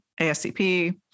ascp